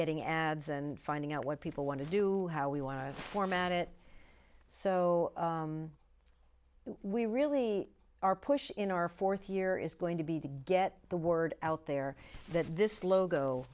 getting ads and finding out what people want to do how we want to format it so we really are pushing in our fourth year is going to be to get the word out there that this logo